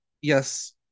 yes